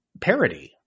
parody